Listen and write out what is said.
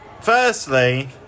firstly